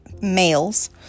Males